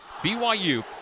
BYU